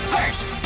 First